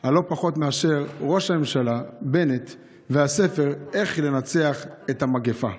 על לא פחות מאשר על ראש הממשלה בנט והספר "איך לנצח את המגפה".